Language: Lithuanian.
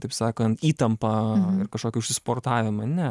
taip sakant įtampą kažkokį užsisportavimą ne